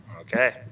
Okay